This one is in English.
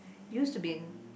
used to be in